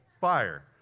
fire